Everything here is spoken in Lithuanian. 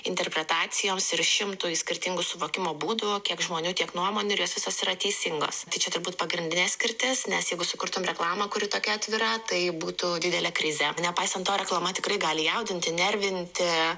interpretacijoms ir šimtui skirtingų suvokimo būdų kiek žmonių tiek nuomonių ir jos visos yra teisingos tai čia turbūt pagrindinė skirtis nes jeigu sukurtum reklamą kuri tokia atvira tai būtų didelė krizė nepaisant to reklama tikrai gali jaudinti nervinti